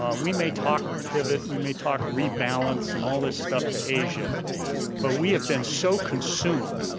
um we may talk pivot, we may talk rebalance, and all this stuff to asia but we have been so consumed